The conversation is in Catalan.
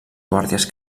guàrdies